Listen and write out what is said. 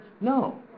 No